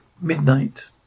midnight